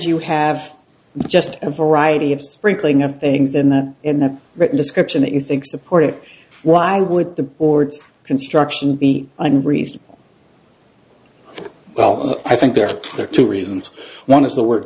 you have just a variety of sprinkling of things in there in a written description that you think supported why would the boards construction be unreasonable well i think there are two reasons one is the word